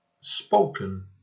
Spoken